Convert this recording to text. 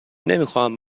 نمیخواهم